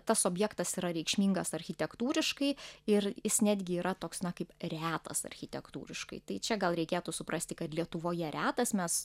tas objektas yra reikšmingas architektūriškai ir jis netgi yra toks na kaip retas architektūriškai tai čia gal reikėtų suprasti kad lietuvoje retas mes